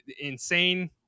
insane